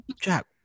Jack